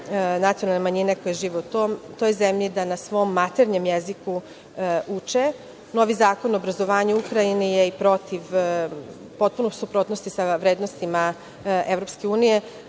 nacionalne manjine koja žive u toj zemlji da na svom maternjem jeziku uče. Novi Zakon o obrazovanju u Ukrajini je i protiv, u potpunoj suprotnosti sa vrednostima EU, zbog